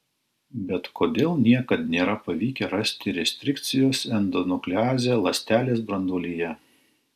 bet kodėl niekad nėra pavykę rasti restrikcijos endonukleazę ląstelės branduolyje